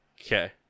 Okay